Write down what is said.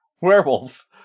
Werewolf